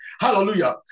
hallelujah